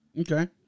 Okay